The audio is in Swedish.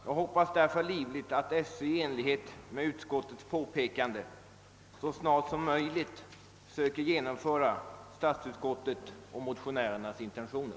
Jag hoppas därför livligt att skolöverstyrelsen i enlighet med utskottets påpekande så snart som möjligt söker genomföra statsutskottets och motionärernas intentioner.